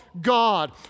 God